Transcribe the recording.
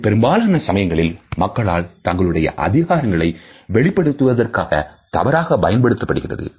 இது பெரும்பாலான சமயங்களில் மக்களால் தங்களுடைய அதிகாரங்களை வெளிப்படுத்துவதற்காகதவறாக தவறாக பயன்படுத்தப்படுகிறது